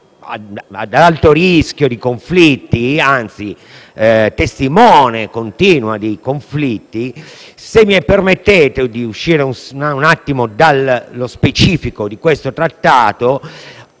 ad alto rischio di conflitti, anzi testimone continua di conflitti. Se mi permettete di uscire un attimo dallo specifico di questo Accordo,